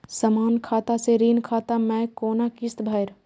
समान खाता से ऋण खाता मैं कोना किस्त भैर?